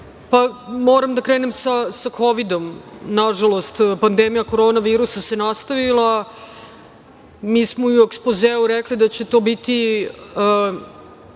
moram da krenem sa Kovidom. Nažalost, pandemija korona virusa se nastavila. Mi smo i u ekspozeu rekli da će to biti